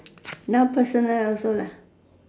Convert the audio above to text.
now personal also lah